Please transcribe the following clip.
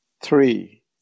Three